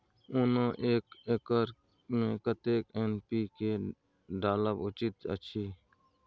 ओना एक एकर मे कतेक एन.पी.के डालब उचित अछि?